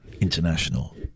international